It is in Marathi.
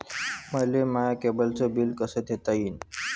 मले माया केबलचं बिल कस देता येईन?